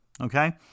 okay